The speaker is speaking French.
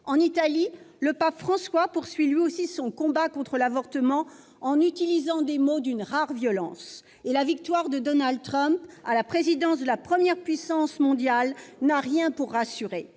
En Italie, le pape François poursuit lui aussi son combat contre l'avortement en utilisant des mots d'une rare violence. Quant à la victoire de Donald Trump à la présidence de la première puissance mondiale, elle n'a rien pour rassurer